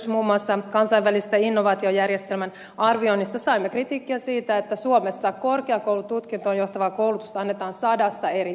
muun muassa kansainvälisessä innovaatiojärjestelmän arvioinnissa saimme kritiikkiä siitä että suomessa korkeakoulututkintoon johtavaa koulutusta annetaan sadassa eri yksikössä